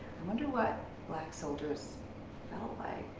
i wonder what black soldiers felt like.